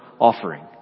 offering